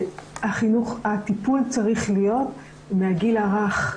הטיפול צריך להיות מהגיל הרך,